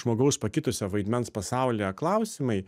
žmogaus pakitusio vaidmens pasaulyje klausimai